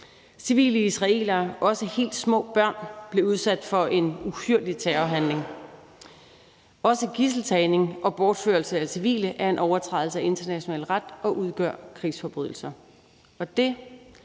Civile israelere, også helt små børn, blev udsat for en uhyrlig terrorhandling. Også gidseltagning og bortførelse af civile er en overtrædelse af international ret og udgør krigsforbrydelser.